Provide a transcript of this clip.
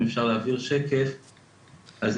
אחד,